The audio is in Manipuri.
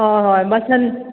ꯍꯣꯏ ꯍꯣꯏ ꯍꯣꯏ ꯕꯁꯟ